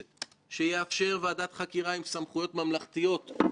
והוא שכל סיעות הבית יסכימו ויחתמו עליו,